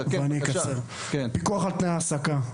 פיקוח על תנאי ההעסקה,